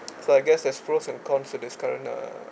so I guess there's pros and cons for this current uh